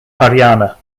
haryana